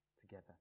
together